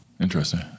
Interesting